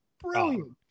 Brilliant